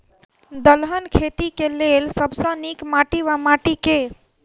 दलहन खेती केँ लेल सब सऽ नीक माटि वा माटि केँ?